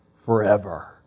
Forever